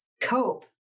cope